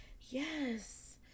yes